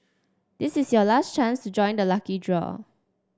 this is your last chance to join the lucky draw